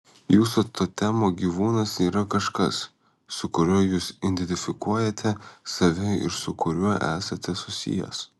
jūsų totemo gyvūnas yra kažkas su kuriuo jūs identifikuojate save ir su kuriuo esate susijęs